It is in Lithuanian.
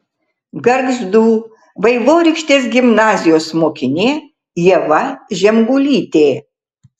gargždų vaivorykštės gimnazijos mokinė ieva žemgulytė